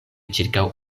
ĉirkaŭ